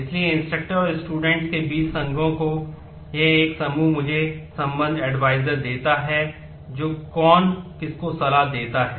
इसलिए इंस्ट्रक्टर् देता है जो कौन किसको सलाह देता है